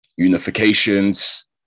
Unifications